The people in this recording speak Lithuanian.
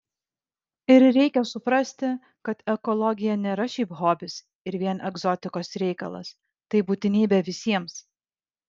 ir reikia suprasti kad ekologija nėra šiaip hobis ir vien egzotikos reikalas tai būtinybė visiems